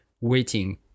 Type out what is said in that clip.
waiting